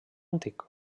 antic